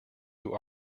who